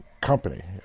Company